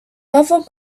level